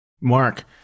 Mark